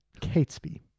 Catesby